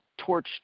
torched